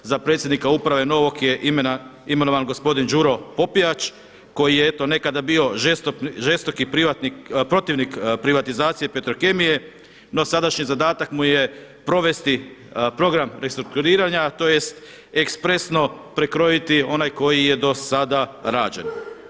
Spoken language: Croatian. Za predsjednika uprave novog je imenovan gospodin Đuro Popijač koji je eto nekada bio žestoki protivnik privatizacije Petrokemije, no sadašnji zadatak mu je provesti program restrukturiranja tj. ekspresno prekrojiti onaj koji je do sada rađen.